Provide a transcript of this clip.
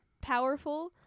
powerful